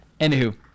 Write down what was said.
anywho